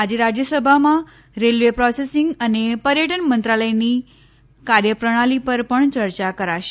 આજે રાજ્યસભામાં railway processing અને પર્યટન મંત્રાલયની કાર્યપ્રણાલી પર પણ ચર્ચા કરાશે